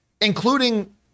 including